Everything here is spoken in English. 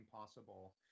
possible